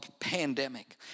pandemic